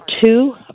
two